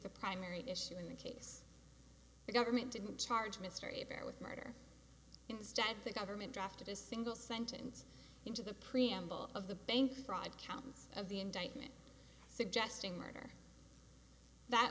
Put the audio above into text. the primary issue in the case the government didn't charge mr a bear with murder instead the government drafted a single sentence into the preamble of the bank fraud counts of the indictment suggesting murder that